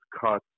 cut